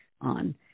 on